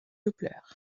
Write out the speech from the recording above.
doppler